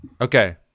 Okay